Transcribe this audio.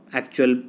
actual